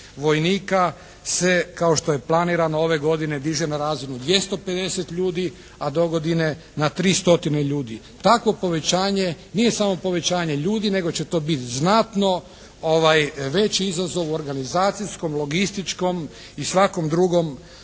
vojnika se kao što je planirano ove godine diže na razinu 250 ljudi, a dogodine na 3 stotine ljudi. Takvo povećanje nije samo povećanje ljudi, nego će to biti znatno veći izazov organizacijskom, logističkom i svakom drugom